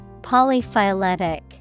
Polyphyletic